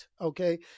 okay